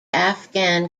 afghan